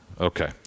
Okay